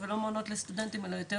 אבל לא מעונות לסטודנטים אלא יותר